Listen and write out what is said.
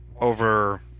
over –